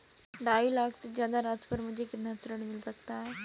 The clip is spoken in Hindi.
ढाई लाख से ज्यादा राशि पर मुझे कितना ऋण मिल सकता है?